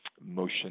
motion